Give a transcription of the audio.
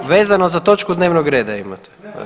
Vezano za točku dnevnog reda imate.